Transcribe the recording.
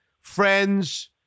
friends